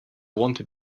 wanted